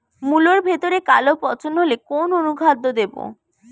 মুলোর ভেতরে কালো পচন হলে কোন অনুখাদ্য দেবো?